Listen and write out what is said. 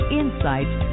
insights